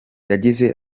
yagize